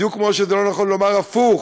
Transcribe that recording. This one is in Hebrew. בדיוק כמו שזה לא נכון לומר הפוך,